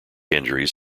injuries